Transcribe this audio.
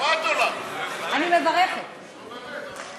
ענת החוק